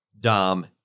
Dom